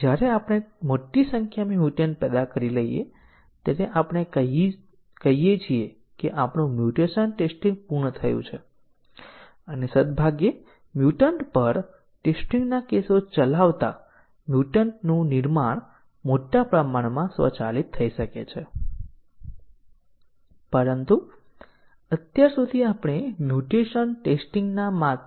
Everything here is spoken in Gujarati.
સામાન્ય રીતે જ્યારે મોટી સંખ્યામાં વપરાશકર્તાઓ દ્વારા વ્યાવસાયિક ઉપયોગ અથવા ઉપયોગ માટેનો કાર્યક્રમ પાછો આવે છે ત્યારે પરીક્ષક MCDC કવરેજ અને પાથ કવરેજ બંનેને પૂરી કરવાના ઉદ્દેશ્ય સાથે ટેસ્ટીંગ કરવાનો પ્રયાસ કરે છે અને ધાર આ આંકડામાં જોઈ શકાય છે કે આ બંને પૂરક ટેસ્ટીંગ છે